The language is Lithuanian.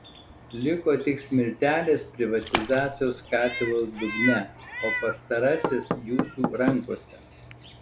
liko tik smiltelės privatizacijos katilo dugne o pastarasis jūsų rankose